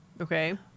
Okay